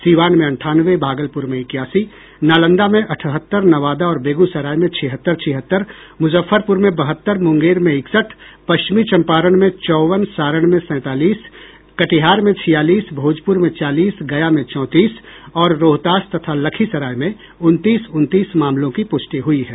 सीवान में अंठानवे भागलपुर में इक्यासी नालंदा में अठहत्तर नवादा और बेगूसराय में छिहत्तर छिहत्तर मुजफ्फरपुर में बहत्तर मुंगेर में इकसठ पश्चिमी चंपारण में चौवन सारण में सैंतालीस कटिहार में छियालीस भोजपुर में चालीस गया में चौंतीस और रोहतास तथा लखीसराय में उनतीस उनतीस मामलों की प्रष्टि हुई है